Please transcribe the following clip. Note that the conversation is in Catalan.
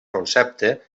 concepte